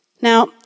Now